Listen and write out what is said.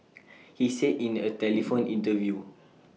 he said in A telephone interview